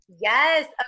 yes